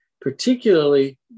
particularly